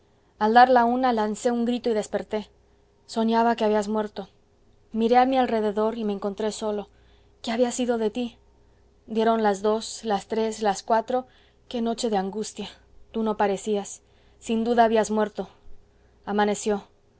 la una lancé un grito y desperté soñaba que habías muerto miré a mi alrededor y me encontré solo qué había sido de ti dieron las dos las tres las cuatro qué noche de angustia tú no parecías sin duda habías muerto amaneció